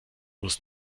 muss